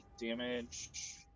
damage